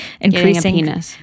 increasing